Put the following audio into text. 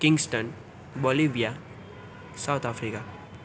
kingston bolivia South Africa